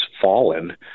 fallen